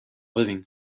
living